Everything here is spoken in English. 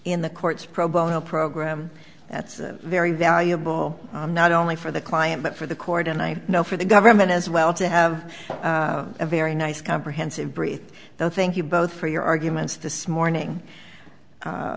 in the courts pro bono program that's very valuable not only for the client but for the court and i know for the government as well to have a very nice comprehensive brief though thank you both for your arguments this morning